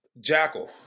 Jackal